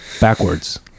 Backwards